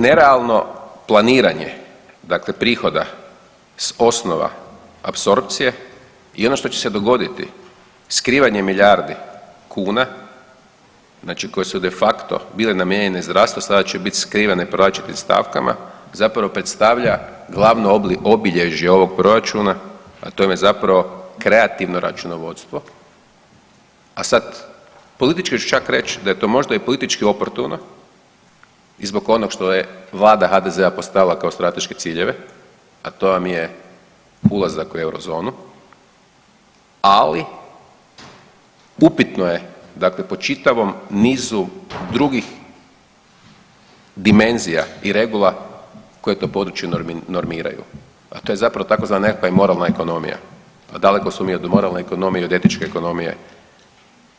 Nerealno planiranje, dakle prihoda s osnova apsorpcije je ono što će se dogoditi skrivanjem milijardi kuna, znači koje su de facto bile namijenjene zdravstvu, sada će biti skrivene po različitim stavkama, zapravo predstavlja glavno obilježje ovog Proračuna, a to vam je zapravo kreativno računovodstvo, a sad, politički ću čak reći da je to možda i politički oportuno i zbog onog što je Vlada HDZ-a postavila kao strateške ciljeve, a to vam je ulazak u Eurozonu, ali upitno je, dakle po čitavom nizu drugih dimenzija i regula koje to područje normiraju, a to je zapravo tzv. nekakva i moralna ekonomija, a daleko smo mi od moralne ekonomije i od etičke ekonomije